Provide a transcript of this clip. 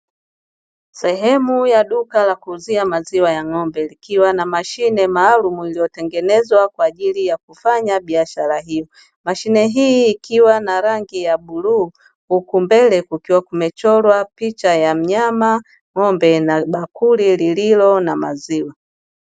Sehemu ya duka la kuuzia maziwa ya ng'ombe likiwa na mashine maalumu iliyotengenezwa kwa ajili ya kufanya biashara hiyo, mashine hii ikiwa na rangi ya bluu huku mbele kukiwa kumechorwa picha ya mnyama ng'ombe na bakuli lililo na maziwa.